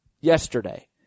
yesterday